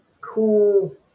cool